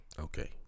Okay